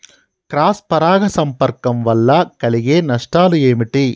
Cross పరాగ సంపర్కం వల్ల కలిగే నష్టాలు ఏమిటి?